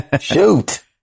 Shoot